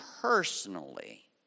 personally